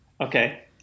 Okay